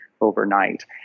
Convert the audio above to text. overnight